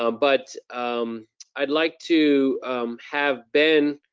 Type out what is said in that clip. um but um i'd like to have ben